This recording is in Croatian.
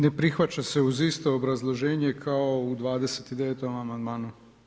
Ne prihvaća se uz isto obrazloženje kao u 29. amandmanu.